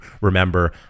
remember